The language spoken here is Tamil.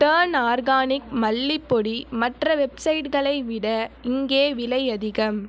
டர்ன் ஆர்கானிக் மல்லிப் பொடி மற்ற வெப்சைட்களை விட இங்கே விலை அதிகம்